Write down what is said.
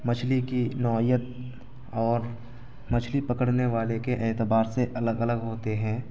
مچھلی کی نوعیت اور مچھلی پکڑنے والے کے اعتبار سے الگ الگ ہوتے ہیں